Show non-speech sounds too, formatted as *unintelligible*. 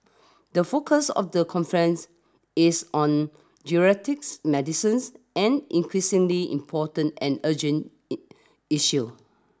the focus of the conference is on geriatrics medicines an increasingly important and urgent *unintelligible* issue